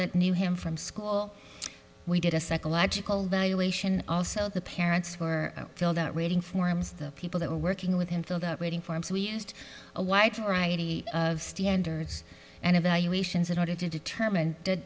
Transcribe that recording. that knew him from school we did a psychological evaluation also the parents were filled out waiting for him as the people that were working with him filled out waiting for him so we asked a wide variety of standards and evaluations in order to determine did